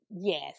Yes